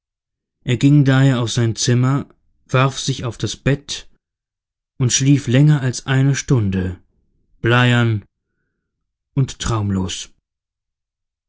er ging daher auf sein zimmer warf sich auf das bett und schlief länger als eine stunde bleiern und traumlos